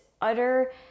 utter